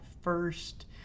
first